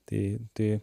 tai tai